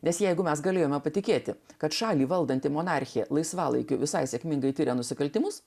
nes jeigu mes galėjome patikėti kad šalį valdanti monarchija laisvalaikiu visai sėkmingai tiria nusikaltimus